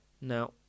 Now